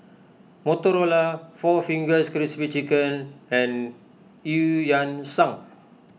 Motorola four Fingers Crispy Chicken and Eu Yan Sang